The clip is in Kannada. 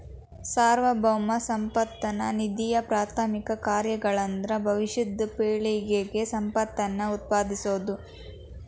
ಸಾರ್ವಭೌಮ ಸಂಪತ್ತ ನಿಧಿಯಪ್ರಾಥಮಿಕ ಕಾರ್ಯಗಳಂದ್ರ ಭವಿಷ್ಯದ ಪೇಳಿಗೆಗೆ ಸಂಪತ್ತನ್ನ ಉತ್ಪಾದಿಸೋದ